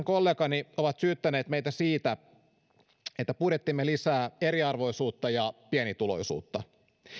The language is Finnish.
kollegani hallituksesta ovat syyttäneet meitä siitä että budjettimme lisää eriarvoisuutta ja pienituloisuutta